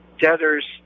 debtors